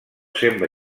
sembla